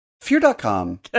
Fear.com